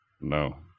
No